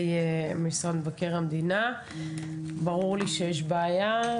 משרד מבקר המדינה היה ברור לי שיש בעיה.